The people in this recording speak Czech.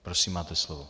Prosím, máte slovo.